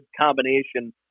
combination